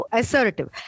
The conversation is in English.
assertive